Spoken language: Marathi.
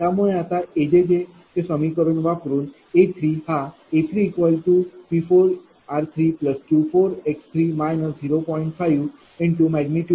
त्यामुळे आता A चे समीकरण वापरून A हा A3P4r3Q4x3 0